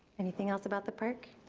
anything else about the park?